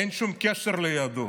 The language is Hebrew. אין שום קשר ליהדות.